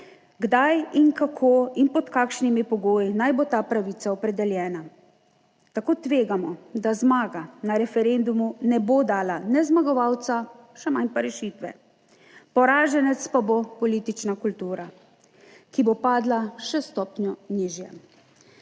Kdaj in kako in pod kakšnimi pogoji naj bo ta pravica opredeljena? Tako tvegamo, da zmaga na referendumu ne bo dala ne zmagovalca, še manj pa rešitve. Poraženec pa bo politična kultura, ki bo padla še s stopnjo nižje.